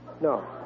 No